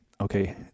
okay